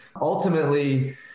Ultimately